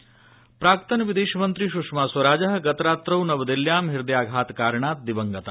सुषमास्वराज निधनम् प्राक्तन विदेशमन्त्री सुषमास्वराजः गतरात्रौ नवदिल्ल्यां हृदयाघातकारणात् दिवंगता